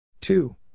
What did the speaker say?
two